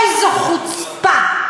איזו חוצפה.